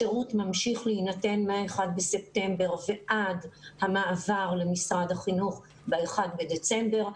השירות ממשיך להינתן מהאחד בספטמבר ועד המעבר למשרד החינוך באחד בדצמבר.